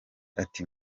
ati